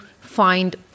find